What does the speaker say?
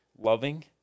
loving